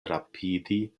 rapidi